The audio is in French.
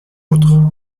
autres